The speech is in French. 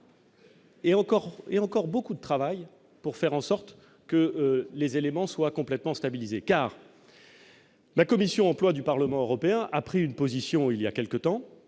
et encore beaucoup de travail pour faire en sorte que les éléments soient complètement stabilisée car. La commission emploi du Parlement européen a pris une position il y a quelque temps